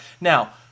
Now